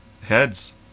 heads